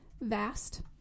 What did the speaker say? vast